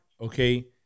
okay